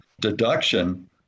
deduction